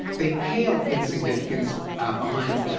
they pale in significance behind